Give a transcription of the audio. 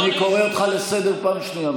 אני קורא אותך לסדר פעם שנייה.